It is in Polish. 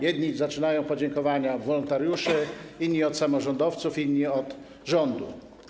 Jedni zaczynają podziękowania od wolontariuszy, inni od samorządowców, inni od rządu.